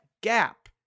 gap